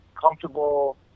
comfortable